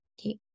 Okay